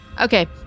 Okay